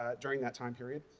ah during that time period.